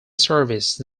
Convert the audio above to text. service